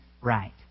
right